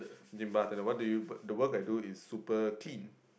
as in bartender what the work do you the work I do is super clean